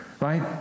right